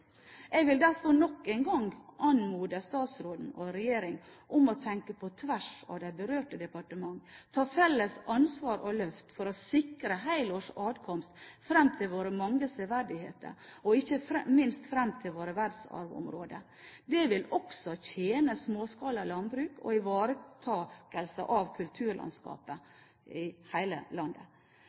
Jeg vil derfor nok en gang anmode statsråden og regjeringen om å tenke på tvers av de berørte departement, ta felles ansvar og løft for å sikre helårs adkomst fram til våre mange severdigheter, og ikke minst fram til våre verdensarvområder. Det vil også tjene småskala landbruk og ivareta kulturlandskapet i hele landet.